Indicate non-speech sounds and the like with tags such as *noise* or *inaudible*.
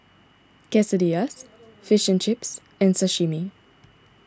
Quesadillas *noise* Fish and Chips and Sashimi